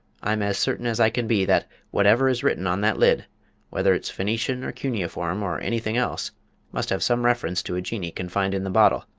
i'm as certain as i can be that, whatever is written on that lid whether it's phoenician, or cuneiform, or anything else must have some reference to a jinnee confined in the bottle,